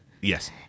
Yes